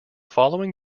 following